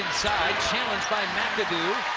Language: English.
inside, challenged by mcadoo.